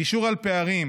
גישור על פערים,